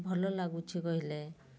ଭଲ ଲାଗୁଛି କହିଲେ